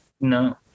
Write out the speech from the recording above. No